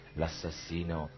l'assassino